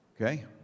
Okay